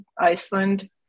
Iceland